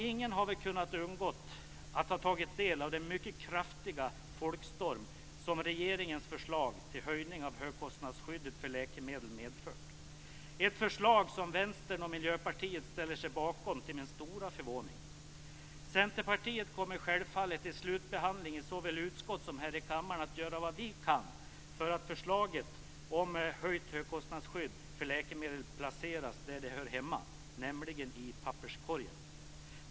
Ingen har väl kunnat undgå att ha tagit del av den mycket kraftiga folkstorm som regeringens förslag till höjning av gränsen för ersättning i högkostnadsskyddet för läkemedel medfört. Det är ett förslag som Vänstern och Miljöpartiet ställer sig bakom, till min stora förvåning. Vi i Centerpartiet kommer självfallet i slutbehandling såväl i utskott som här i kammaren att göra vad vi kan för att förslaget om höjt högkostnadsskydd för läkemedel placeras där det hör hemma, nämligen i papperskorgen.